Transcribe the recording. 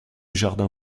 jardin